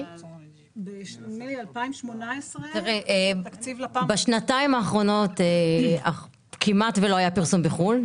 ב-2018 תקציב לפ"מ -- בשנתיים האחרונות כמעט לא היה פרסום בחו"ל,